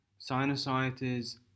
sinusitis